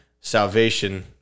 salvation